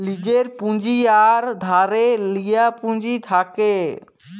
লীজের পুঁজি আর ধারে লিয়া পুঁজি থ্যাকে